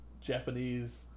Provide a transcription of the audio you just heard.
Japanese